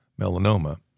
melanoma